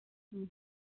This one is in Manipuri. ꯎꯝ